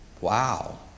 wow